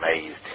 amazed